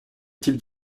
types